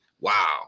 Wow